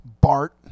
Bart